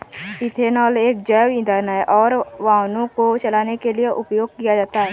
ethanol एक जैव ईंधन है और वाहनों को चलाने के लिए उपयोग किया जाता है